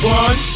one